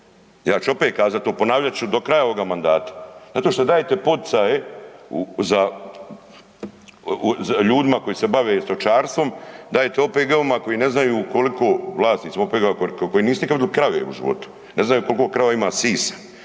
Ja ću opet kazati, ponavljat ću do kraja ovoga mandata. Zato što dajete poticaje za, ljudima koji se bave stočarstvom, dajete OPG-ovima koji ne znaju, vlasnicima OPG-ovima koji nisu nikad .../nerazumljivo/... krave u životu. Ne znaju koliko krava ima sisa.